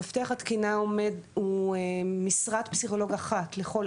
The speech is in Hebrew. מפתח התקינה הוא משרת פסיכולוג אחת לכל